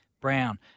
Brown